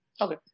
Okay